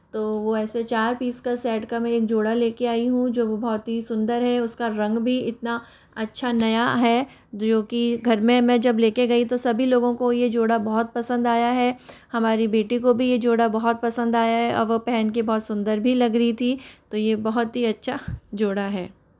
तो वो ऐसे चार पीस का सैट का मैं एक जोड़ा लेके आई हूँ जो वो बहुत ही सुंदर है उसका रंग भी इतना अच्छा नया है जो कि घर में मैं जब लेके गई तो सभी लोगों को ये जोड़ा बहुत पसंद आया है हमारी बेटी को भी ये जोड़ा बहुत पसंद आया है अब वो पहन के बहुत सुंदर भी लग रही थी तो ये बहुत ही अच्छा जोड़ा है